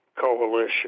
coalition